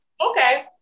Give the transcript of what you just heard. okay